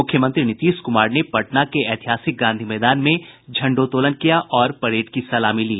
मुख्यमंत्री नीतीश कुमार ने पटना के ऐतिहासिक गांधी मैदान में झंडोत्तोलन किया और परेड की सलामी ली